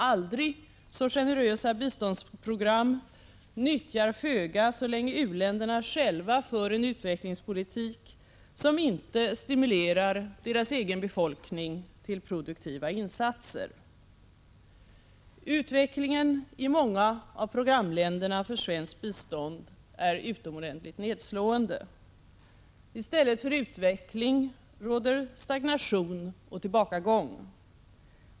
Aldrig så generösa biståndsprogram nyttjar föga så länge u-länderna själva för en utvecklingspolitik som inte stimulerar deras egen befolkning till produktiva insatser. Utvecklingen i många av programländerna för svenskt bistånd är utomordentligt nedslående. I stället för en utveckling råder stagnation och tillbakagång.